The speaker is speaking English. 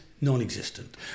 non-existent